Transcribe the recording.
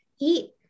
eat